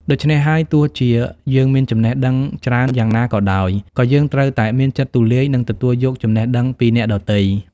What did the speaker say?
ដូច្នេះហើយ ទោះជាយើងមានចំណេះដឹងច្រើនយ៉ាងណាក៏ដោយ ក៏យើងត្រូវតែមានចិត្តទូលាយ និងទទួលយកចំណេះដឹងពីអ្នកដទៃ។